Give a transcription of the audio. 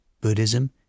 Buddhism